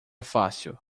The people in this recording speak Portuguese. fácil